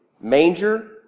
manger